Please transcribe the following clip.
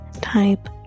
type